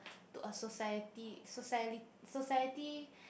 to a society socie~ society